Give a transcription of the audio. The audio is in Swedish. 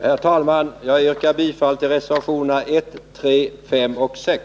Herr talman! Jag yrkar bifall till reservationerna 1, 3, 5 och 6.